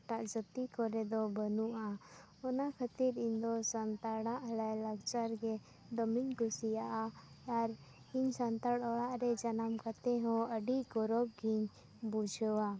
ᱮᱴᱟᱜ ᱡᱟᱹᱛᱤ ᱠᱚᱨᱮ ᱫᱚ ᱵᱟᱹᱱᱩᱜᱼᱟ ᱚᱱᱟ ᱠᱷᱟᱹᱛᱤᱨ ᱤᱧ ᱫᱚ ᱥᱟᱱᱛᱟᱲᱟᱜ ᱞᱟᱠᱪᱟᱨ ᱜᱮ ᱫᱚᱢᱮᱧ ᱠᱩᱥᱤᱭᱟᱜᱼᱟ ᱟᱨ ᱤᱧ ᱥᱟᱱᱛᱟᱲ ᱚᱲᱟᱜ ᱨᱮ ᱡᱟᱱᱟᱢ ᱠᱟᱛᱮ ᱦᱚᱸ ᱟᱹᱰᱤ ᱜᱚᱨᱚᱵ ᱜᱤᱧ ᱵᱩᱡᱷᱟᱹᱣᱟ